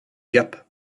gap